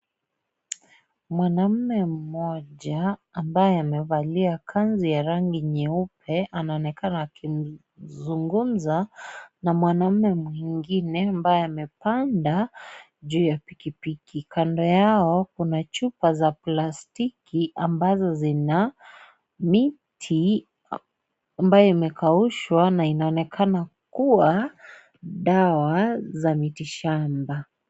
Mwanaume mmoja ambaye amevalia kanzu ya rangi nyeupe anaonekana akiongoza na mwanaume mwingine ambaye amepanda juu ya pikipiki, kando yao kuna chupa za plastiki ambazo zina miti ambayo imekaushwa na inaonekana kuwa dawa za miti shamba.